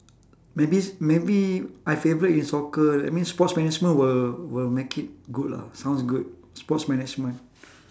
maybe maybe I favourite in soccer that means sports management will will make it good lah sounds good sports management